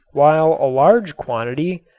while a large quantity,